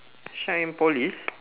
shine and polish